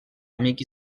amic